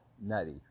nutty